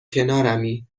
کنارمی